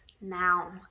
now